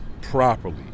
properly